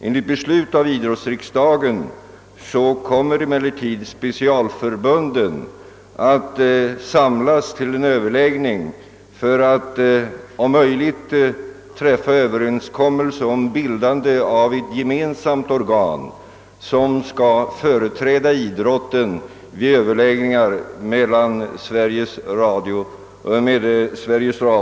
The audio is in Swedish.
Enligt beslut av idrottsriksdagen kommer nu specialförbunden att samlas till en diskussion för att om möjligt träffa överenskommelse om bildande av ett gemensamt organ, som skall företräda idrotten vid överläggningar med Sveriges Radio.